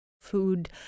food